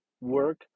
work